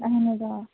اَہَن حظ آ